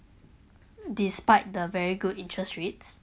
despite the very good interest rates